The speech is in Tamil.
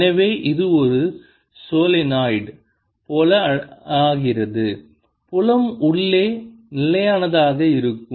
எனவே இது ஒரு சோலெனாய்டு போல ஆகிறது புலம் உள்ளே நிலையானதாக இருக்கும்